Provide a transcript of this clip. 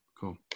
cool